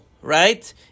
right